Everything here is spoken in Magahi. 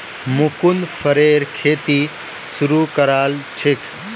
मुकुन्द फरेर खेती शुरू करल छेक